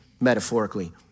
metaphorically